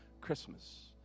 Christmas